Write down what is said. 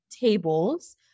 tables